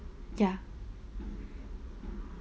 ya